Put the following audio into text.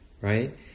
right